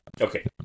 Okay